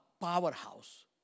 powerhouse